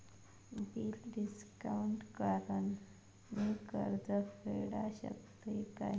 Bill discount करान मी कर्ज फेडा शकताय काय?